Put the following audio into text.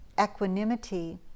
equanimity